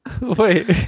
Wait